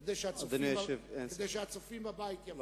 כדי שהצופים בבית יבינו.